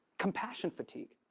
compassion fatigue.